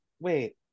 Wait